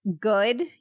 Good